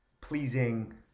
pleasing